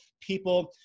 people